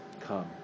come